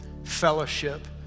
fellowship